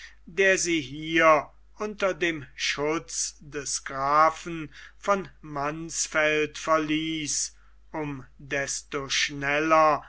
der sie hier unter dem schutz des grafen von mansfeld verließ um desto schneller